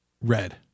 red